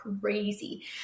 crazy